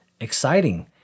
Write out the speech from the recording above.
exciting